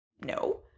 no